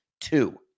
two